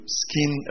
skin